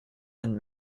and